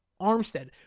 Armstead